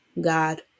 God